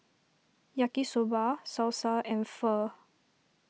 Yaki Soba Salsa and Pho